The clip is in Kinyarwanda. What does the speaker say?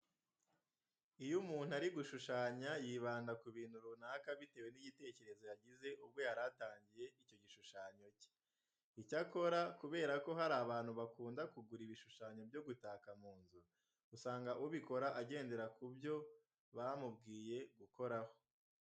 Iyo umuntu ari gushushanya yibanda ku bintu runaka bitewe n'igitekerezo yagize ubwo yari atangiye icyo gishushyanyo cye. Icyakora kubera ko hari abantu bakunda kugura ibishushanyo byo gutaka mu nzu, usanga ubikora agendera ku byo bamubwiye gukoraho.